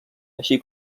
així